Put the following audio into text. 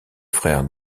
frère